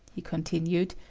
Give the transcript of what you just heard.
he continued,